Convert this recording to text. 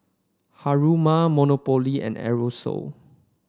Haruma Monopoly and Aerosoles